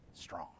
strong